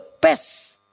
best